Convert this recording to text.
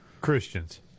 christians